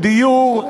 של דיור,